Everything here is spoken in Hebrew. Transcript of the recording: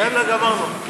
יאללה, גמרנו.